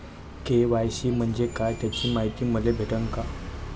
KYC म्हंजे काय त्याची मायती मले भेटन का?